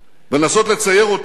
ולנסות ולצייר אותם,